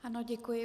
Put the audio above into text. Ano, děkuji.